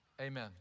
Amen